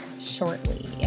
shortly